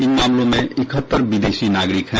कुल मामलों में इकहत्तर विदेशी नागरिक हैं